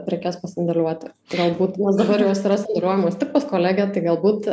prekes pasandėliuoti galbūt dabar jos yra sandėliuojamos tik pas kolegę tai galbūt